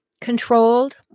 controlled